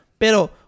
pero